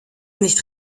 nicht